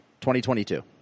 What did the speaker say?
2022